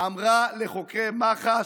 אמרה לחוקרי מח"ש: